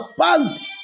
passed